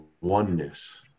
oneness